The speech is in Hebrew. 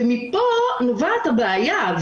ומפה נובעת הבעיה.